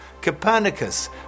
Copernicus